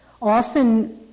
Often